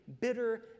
bitter